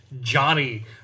Johnny